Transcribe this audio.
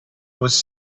was